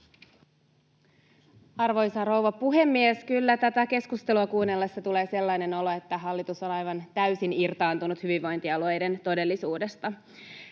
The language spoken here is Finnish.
Arvoisa rouva puhemies! Kyllä tätä keskustelua kuunnellessa tulee sellainen olo, että hallitus on aivan täysin irtaantunut hyvinvointialueiden todellisuudesta.